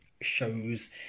shows